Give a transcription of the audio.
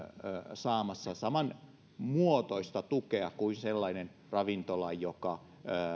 saamassa täysin samanmuotoista tukea kuin sellainen ravintola joka